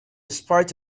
spite